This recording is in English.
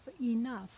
enough